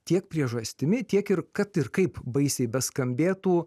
tiek priežastimi tiek ir kad ir kaip baisiai beskambėtų